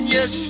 Yes